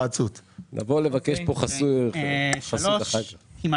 רגע אז מה